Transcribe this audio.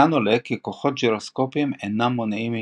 מכאן עולה כי כוחות גירוסקופיים אינם מונעים התהפכות.